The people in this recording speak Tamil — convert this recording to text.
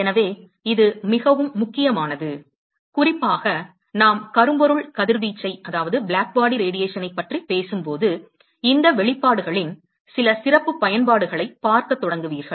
எனவே இது மிகவும் முக்கியமானது குறிப்பாக நாம் கரும்பொருள் கதிர்வீச்சைப் பற்றி பேசும்போது இந்த வெளிப்பாடுகளின் சில சிறப்பு பயன்பாடுகளைப் பார்க்கத் தொடங்குவீர்கள்